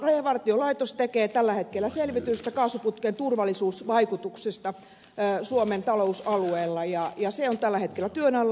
rajavartiolaitos tekee tällä hetkellä selvitystä kaasuputken turvallisuusvaikutuksista suomen talousalueella ja se on tällä hetkellä työn alla